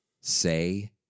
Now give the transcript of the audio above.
Say